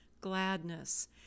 gladness